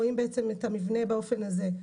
רואים בעצם את המבנה באופן הזה,